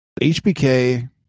HBK